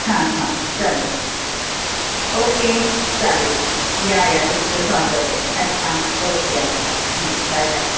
हां हां चालेल ओके चालेल या या तुमचं स्वागत आहे अच्छा ओके अच्छा बाय बाय